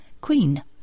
Queen